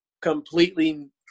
completely